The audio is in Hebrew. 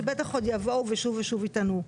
שבטח עוד יבואו ושוב ושוב יטענו.